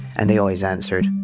and they always answered,